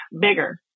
bigger